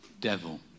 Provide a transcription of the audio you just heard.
devil